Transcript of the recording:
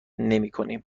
نمیکنیم